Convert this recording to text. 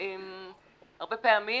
הרבה פעמים,